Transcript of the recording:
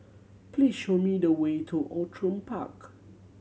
please show me the way to Outram Park